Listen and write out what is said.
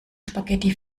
spaghetti